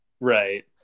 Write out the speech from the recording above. Right